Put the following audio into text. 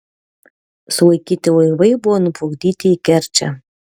sulaikyti laivai buvo nuplukdyti į kerčę